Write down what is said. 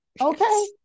Okay